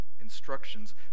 instructions